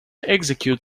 execute